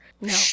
No